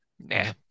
Nah